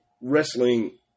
wrestling